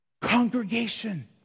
Congregation